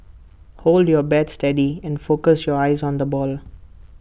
hold your bat steady and focus your eyes on the ball